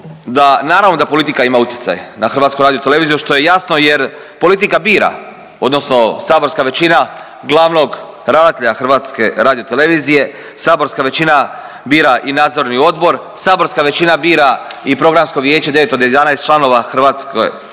naravno da politika ima utjecaj na HRT što je jasno jer politika bira odnosno saborska većina glavnog ravnatelja HRT-a, saborska većina bira i nadzorni odbor, saborska većina bira i programsko vijeće 9 od 11 članova HRT-a i naravno da se